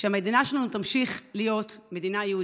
שהמדינה שלנו תמשיך להיות מדינה יהודית,